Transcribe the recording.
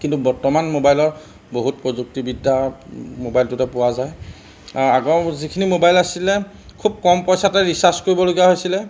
কিন্তু বৰ্তমান মোবাইলৰ বহুত প্ৰযুক্তিবিদ্যা মোবাইলটোতে পোৱা যায় আগৰ যিখিনি মোবাইল আছিলে খুব কম পইচাতে ৰিচাৰ্জ কৰিবলগীয়া হৈছিলে